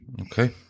Okay